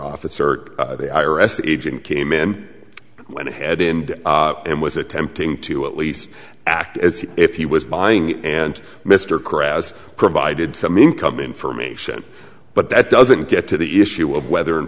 officer agent came in went ahead and and was attempting to at least act as if he was buying and mr crass provided some income information but that doesn't get to the issue of whether in